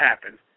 happen